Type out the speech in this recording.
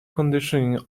conditioning